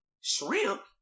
Shrimp